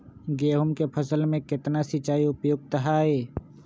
गेंहू के फसल में केतना सिंचाई उपयुक्त हाइ?